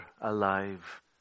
alive